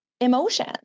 emotion